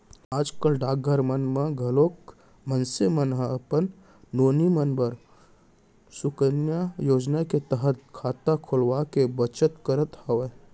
आज कल डाकघर मन म घलोक मनसे मन ह अपन नोनी मन बर सुकन्या योजना के तहत खाता खोलवाके बचत करत हवय